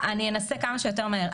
אנסה כמה שיותר מהר.